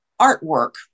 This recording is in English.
artwork